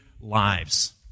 lives